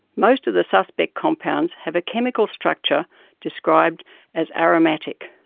most of the suspect compounds have a chemical structure described as aromatic.